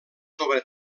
sobre